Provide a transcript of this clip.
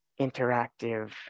interactive